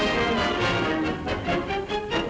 and with that